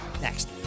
next